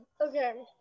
Okay